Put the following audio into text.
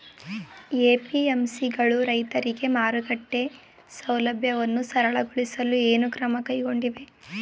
APMC ಗಳು ರೈತರಿಗೆ ಮಾರುಕಟ್ಟೆ ಸೌಲಭ್ಯವನ್ನು ಸರಳಗೊಳಿಸಲು ಏನು ಕ್ರಮ ಕೈಗೊಂಡಿವೆ?